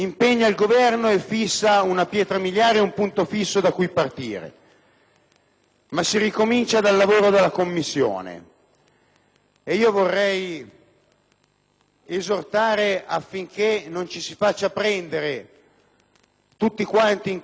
Si ricomincia però dal lavoro della Commissione e io vorrei esprimere l'esortazione a non farci prendere tutti quanti, in Commissione prima e nell'Aula poi, dalla smania della fretta